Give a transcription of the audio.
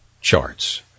charts